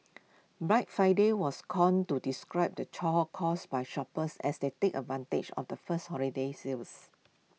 Black Friday was coined to describe the chaw caused by shoppers as they take advantage of the first holiday sales